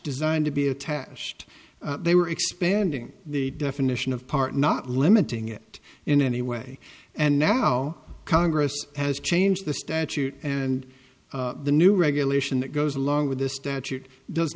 designed to be a test they were expanding the definition of part not limiting it in any way and now congress has changed the statute and the new regulation that goes along with this statute does